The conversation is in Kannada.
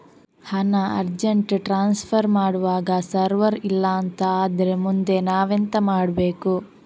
ಹಣ ಅರ್ಜೆಂಟ್ ಟ್ರಾನ್ಸ್ಫರ್ ಮಾಡ್ವಾಗ ಸರ್ವರ್ ಇಲ್ಲಾಂತ ಆದ್ರೆ ಮುಂದೆ ನಾವೆಂತ ಮಾಡ್ಬೇಕು?